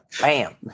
bam